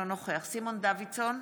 אינו נוכח סימון דוידסון,